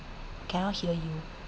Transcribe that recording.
cannot hear you